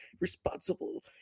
responsible